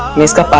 mr.